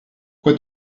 quoi